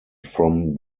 from